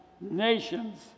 nations